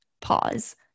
pause